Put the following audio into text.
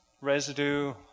residue